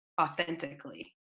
authentically